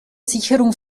sicherung